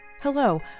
Hello